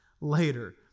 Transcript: later